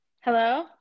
Hello